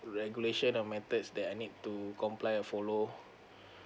regulation or methods that I need to comply or follow